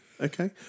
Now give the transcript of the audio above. Okay